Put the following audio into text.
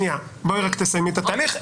בואי תסיימי את התהליך.